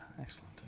Excellent